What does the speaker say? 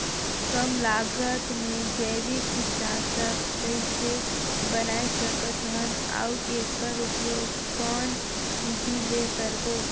कम लागत मे जैविक कीटनाशक कइसे बनाय सकत हन अउ एकर उपयोग कौन विधि ले करबो?